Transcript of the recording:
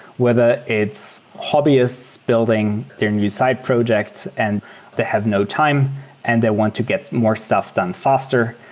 whether it's hobbyists building their new side project and they have no time and they want to get more stuff done faster,